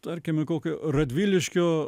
tarkime kokio radviliškio